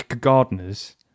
gardeners